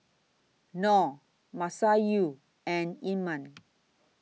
Nor Masayu and Iman